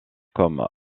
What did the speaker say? comme